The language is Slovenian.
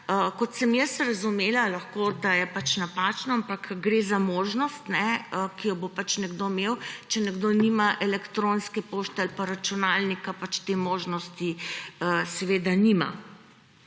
Kot sem razumela, lahko da je napačno, ampak gre za možnost, ki jo bo nekdo imel, če nekdo nima elektronske pošte ali pa računalnika, pač te možnosti seveda nima.